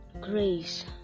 grace